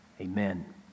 amen